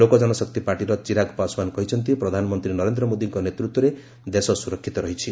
ଲୋକଜନଶକ୍ତି ପାର୍ଟିର ଚିରାଗ ପାଶଓ୍ୱାନ କହିଛନ୍ତି ପ୍ରଧାନମନ୍ତ୍ରୀ ନରେନ୍ଦ୍ର ମୋଦିଙ୍କ ନେତୃତ୍ୱରେ ଦେଶ ସୁରକ୍ଷିତ ରହିଛି